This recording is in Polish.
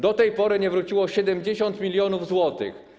Do tej pory nie wróciło 70 mln zł.